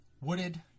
wooded